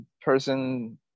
person